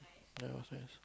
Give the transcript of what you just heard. ya upstairs